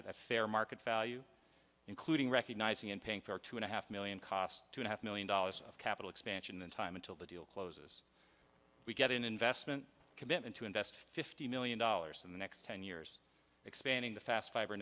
at a fair market value including recognizing and paying for two and a half million cost two and half million dollars of capital expansion in time until the deal closes we get an investment commitment to invest fifty million dollars in the next ten years expanding the fast fiber